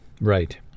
Right